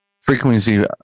frequency